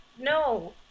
No